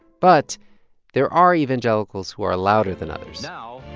but there are evangelicals who are louder than others now,